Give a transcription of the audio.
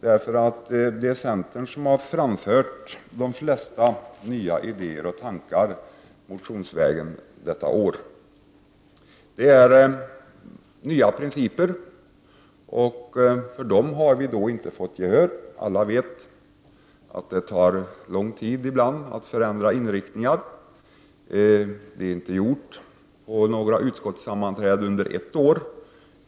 Det är nämligen centern som har framfört de flesta nya idéerna och tankarna motionsvägen detta år. Bl.a. gäller detr nya principer. För dem har vi inte fått gehör. Alla vet att det tar ibland lång tid att förändra inriktningar. Det har inte kunnat göras på några utskottssammanträden under ett år.